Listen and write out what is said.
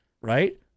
right